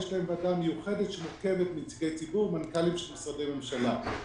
יש ועדה מיוחדת שמורכבת מנציגי ציבור ומנכ"לים של משרדי ממשלה.